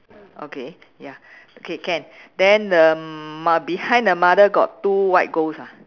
okay ya okay can then the mm mo~ behind the mother got two white ghost ah